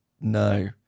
No